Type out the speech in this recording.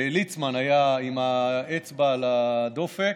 ליצמן היה עם האצבע על הדופק,